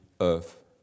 earth